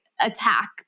attack